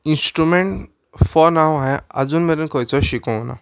instrument for नांव हांयें आजून मेरेन खंयचोय शिकोना